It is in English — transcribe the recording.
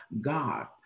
God